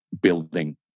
building